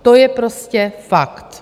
To je prostě fakt.